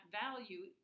value